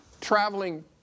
traveling